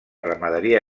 ramaderia